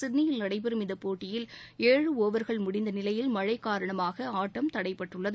சிட்னியில் நடைபெறும் இந்த போட்டியில் ஏழு ஓவர்கள் முடிந்த நிலையில் மழை காரணமாக ஆட்டம் தடைபட்டுள்ளது